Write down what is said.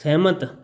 ਸਹਿਮਤ